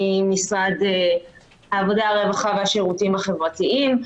ממשרד העבודה הרווחה והשירותים החברתיים.